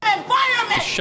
environment